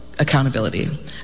accountability